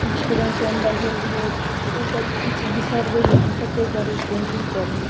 जीक जहन स्वयंवर भेल रहै तऽ ओ सभ किछु बिसरबै नहि ताहि दुआरे हमसभ ई पेंटिंग कऽ रहल